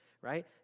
right